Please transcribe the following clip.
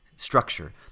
Structure